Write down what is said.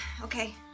okay